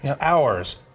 Hours